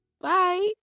Bye